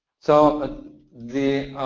so the